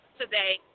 today